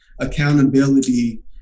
accountability